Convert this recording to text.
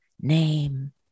name